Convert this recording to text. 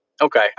Okay